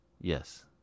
Yes